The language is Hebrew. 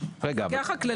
לא ייתכן שהוא לא יהיה כאן,